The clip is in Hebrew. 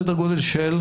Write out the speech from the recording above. סדר גודל של?